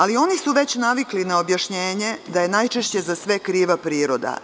Ali, oni su već navikli na objašnjenje da je najčešće za sve kriva priroda.